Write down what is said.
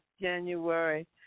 January